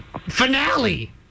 finale